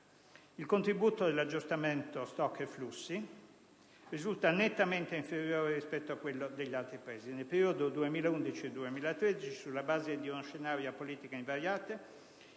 Il contributo e l'aggiustamento *stock* e flussi risulta nettamente inferiore rispetto a quello degli altri Paesi. Nel periodo 2011-2013, sulla base di uno scenario a politiche invariate,